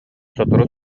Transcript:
сотору